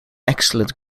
excellent